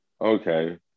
Okay